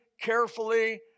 carefully